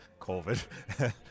COVID